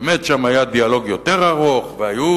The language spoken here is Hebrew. באמת שם היה דיאלוג יותר ארוך והיו